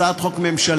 הצעת חוק ממשלתית,